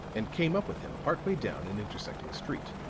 and came up with him part way down an intersecting street.